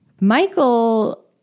Michael